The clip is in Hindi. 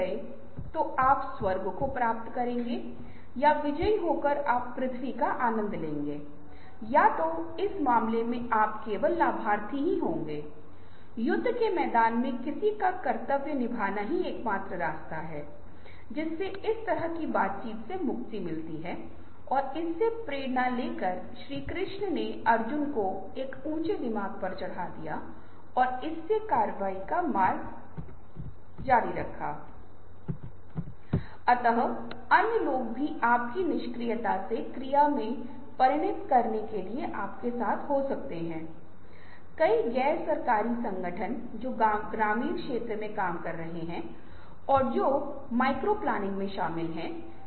या अगर यह एक प्रौद्योगिकी समस्या है तो इसे सचित्र रूप से या फ्लिप चार्ट पर लिखा जा सकता है और इसे ब्लैक बोर्ड पर लिखा जा सकता है इससे पहले कि कोई चर्चा हो प्रत्येक सदस्य को स्वतंत्र रूप से एक विचार या समाधान को मुद्दे को निश्चित समय में कागज पर लिखने के लिए कहा जाता है जहा एक व्यक्ति एक विचार लिख सकता है